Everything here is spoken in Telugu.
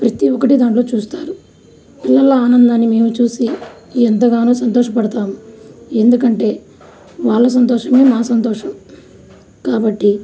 ప్రతి ఒక్కటి దాంట్లో చూస్తారు పిల్లలు ఆనందాన్ని మేము చూసి ఎంతగానో సంతోషపడతాం ఎందుకంటే వాళ్ళ సంతోషమే మా సంతోషం కాబట్టి